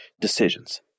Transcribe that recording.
decisions